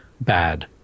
bad